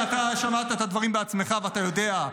מתן, אתה שמעת את הדברים בעצמך ואתה יודע.